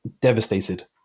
devastated